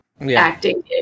acting